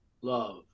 love